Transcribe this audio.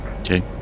Okay